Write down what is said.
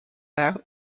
out